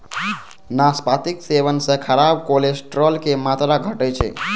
नाशपातीक सेवन सं खराब कोलेस्ट्रॉल के मात्रा घटै छै